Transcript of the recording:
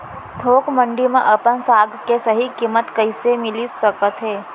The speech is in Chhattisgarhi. थोक मंडी में अपन साग के सही किम्मत कइसे मिलिस सकत हे?